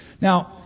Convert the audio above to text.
Now